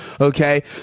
Okay